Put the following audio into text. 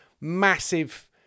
massive